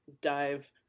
dive